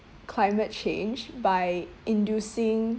climate change by inducing